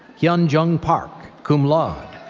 hyun jung park, cum laude.